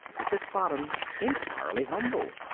is at bottom entirely humble.